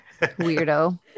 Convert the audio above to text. Weirdo